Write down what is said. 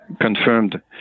confirmed